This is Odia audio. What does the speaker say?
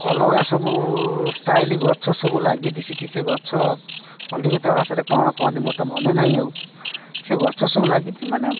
ଅଲଗା ସବୁ ଷ୍ଟାଇଲ ଗଛ ସବୁ ଲାଗିଛି ସେଠି ସେ ଗଛ କଲିକତା ଭାଷାରେ କ'ଣ କହନ୍ତି ମୋର ତ ମନେ ନାହିଁ ଆଉ ସେ ଗଛ ସବୁ ଲାଗିଛି ମାନେ